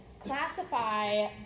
classify